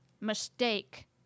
mistake